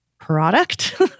product